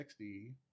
60